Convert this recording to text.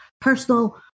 personal